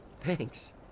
Thanks